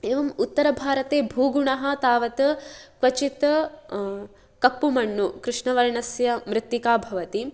एवम् उत्तरभारते भूगुणः तावत् क्वचित् कप्पुमण्णु कृष्णवर्णस्य मृत्तिका भवति